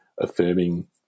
affirming